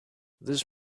this